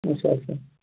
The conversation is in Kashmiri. اچھا اچھا